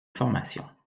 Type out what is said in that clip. formation